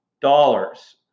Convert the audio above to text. dollars